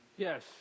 Yes